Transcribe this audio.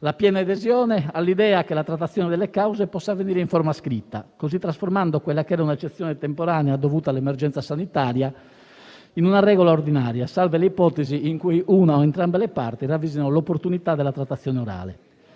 la piena adesione all'idea che la trattazione delle cause possa avvenire in forma scritta, così trasformando quella che era una eccezione temporanea, dovuta all'emergenza sanitaria, in una regola ordinaria, salve le ipotesi in cui una o entrambe le parti ravvisino l'opportunità della trattazione orale.